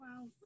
Wow